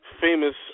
famous